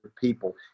people